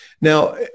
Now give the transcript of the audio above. Now